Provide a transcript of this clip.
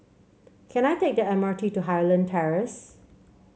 can I take the M R T to Highland Terrace